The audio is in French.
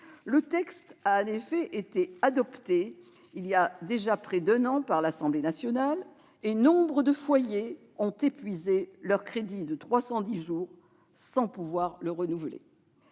Ce texte a en effet été adopté voilà déjà près d'un an par l'Assemblée nationale et nombre de foyers ont épuisé leur crédit de 310 jours et ne peuvent le renouveler.